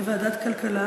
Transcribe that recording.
לוועדת הכלכלה.